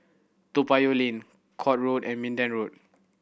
Toa Payoh Lane Court Road and Minden Road